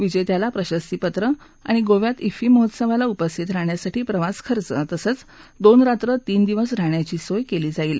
विजेत्याला प्रशस्तीपत्र आणि गोव्यात भिफ महोत्सवाला उपस्थित राहण्यासाठी प्रवासखर्च तसेच दोन रात्र तीन दिवस राहण्याची सोय केली जाईल